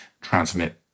transmit